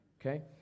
Okay